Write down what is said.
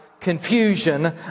Confusion